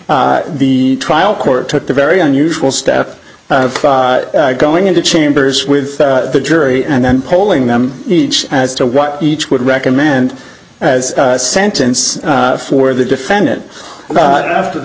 the trial court took the very unusual step of going into chambers with the jury and then polling them each as to what each would recommend as a sentence for the defendant after the